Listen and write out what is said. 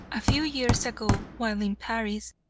a few years ago, while in paris,